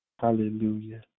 Hallelujah